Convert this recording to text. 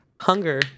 hunger